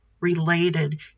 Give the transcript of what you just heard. related